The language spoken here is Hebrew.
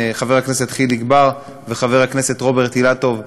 חבר הכנסת חיליק בר וחבר הכנסת רוברט אילטוב,